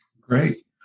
Great